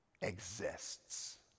exists